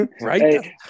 Right